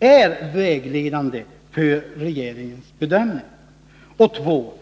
är vägledande för regeringens bedömning? 2.